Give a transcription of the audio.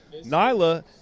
Nyla